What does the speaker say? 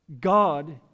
God